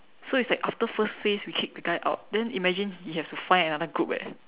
so it's like after first phase we kick the guy out then imagine he have to find another group eh